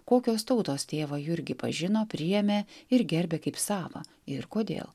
kokios tautos tėvą jurgį pažino priėmė ir gerbė kaip savą ir kodėl